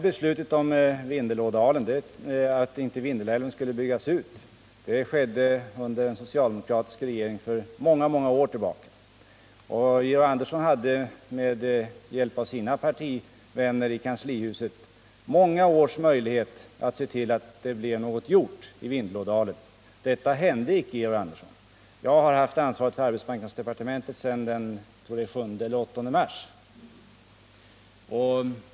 Beslutet om att Vindelälven inte skulle byggas ut togs under en socialdemokratisk regering för många år sedan. Georg Andersson har under många år haft möjlighet att med hjälp av sina partivänner i kanslihuset se till att någonting blev gjort i Vindelådalen. Men så har inte skett, Georg Andersson. Jag har haft ansvaret för arbetsmarknadsdepartementet sedan den 7 mars i år.